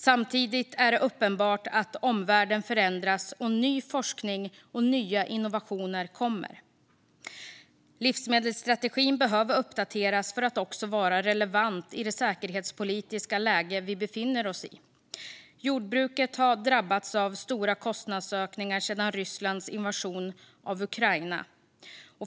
Samtidigt är det uppenbart att omvärlden förändras och att ny forskning och nya innovationer kommer. Livsmedelsstrategin behöver uppdateras för att också vara relevant i det säkerhetspolitiska läge som vi befinner oss i. Jordbruket har drabbats av stora kostnadsökningar sedan Rysslands invasion av Ukraina.